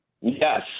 Yes